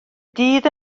dydd